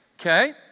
okay